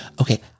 Okay